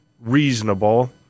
reasonable